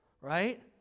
right